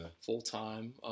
full-time